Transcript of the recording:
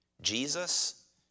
Jesus